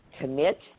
commit